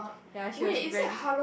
ya she was resgis~